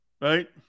Right